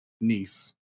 niece